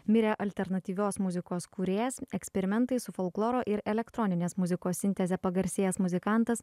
mirė alternatyvios muzikos kūrėjas eksperimentais su folkloro ir elektroninės muzikos sinteze pagarsėjęs muzikantas